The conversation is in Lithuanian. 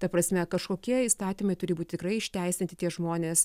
ta prasme kažkokie įstatymai turi būti tikrai išteisinti tie žmonės